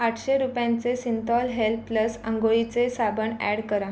आठशे रुपयांचे Cinthol health plus अंघोळीचे साबण ॲड करा